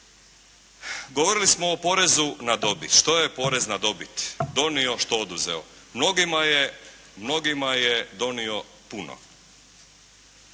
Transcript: Govorili smo o porezu na dobit. Što je porez na dobit donio, a što oduzeo? Mnogima je donio puno.